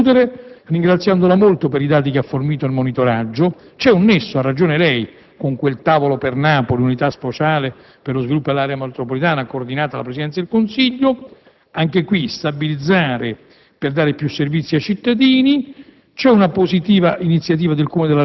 - al fine di permettere piena efficienza della pubblica amministrazione. Mi avvio a concludere, ringraziandola molto per i dati che ha fornito al monitoraggio. C'è un nesso, ha ragione lei, con quel tavolo per Napoli, l'unità speciale per lo sviluppo dell'area metropolitana, coordinato dalla Presidenza del Consiglio, anche qui per dare